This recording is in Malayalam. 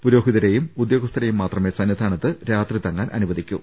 പുരോഹിതരെയും ഉദ്യോഗസ്ഥരെയും മാത്രമേ സന്നിധാനത്ത് തങ്ങാൻ അനുവദിക്കൂ